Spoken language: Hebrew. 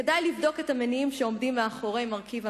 כדאי לבדוק את המניעים שעומדים מאחורי מרכיב הממשלה.